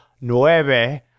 nueve